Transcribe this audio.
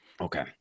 Okay